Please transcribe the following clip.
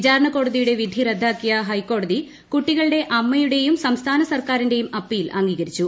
വിചാരണക്കോടതിയുടെ വിധി റദ്ദാക്കിയ ഹൈക്കോടതി കുട്ടികളുടെ അമ്മയുടെയും സംസ്ഥാന സർക്കാരിന്റെയും അപ്പീൽ അംഗീകരിച്ചു